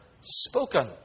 spoken